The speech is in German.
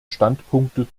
standpunkte